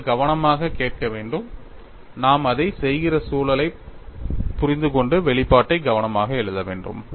நீங்கள் கவனமாகக் கேட்க வேண்டும் நாம் அதைச் செய்கிற சூழலைப் புரிந்துகொண்டு வெளிப்பாட்டை கவனமாக எழுத வேண்டும்